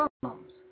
problems